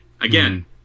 again